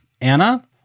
Anna